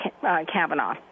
Kavanaugh